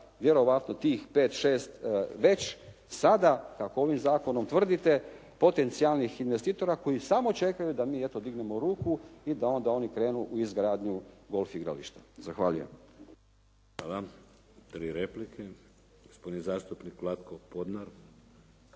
vjerojatno tih pet, šest već sada kako ovim zakonom tvrdite, potencijalnih investitora koji samo čekaju da mi eto dignemo ruku i da onda oni krenu u izgradnju golf igrališta. Zahvaljujem.